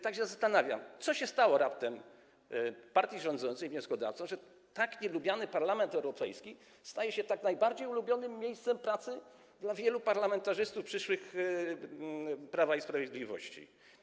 Tak się zastanawiam, co się stało raptem partii rządzącej, wnioskodawcom, że tak nielubiany Parlament Europejski staje się najbardziej ulubionym miejscem pracy dla wielu przyszłych parlamentarzystów Prawa i Sprawiedliwości.